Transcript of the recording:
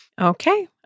Okay